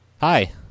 Hi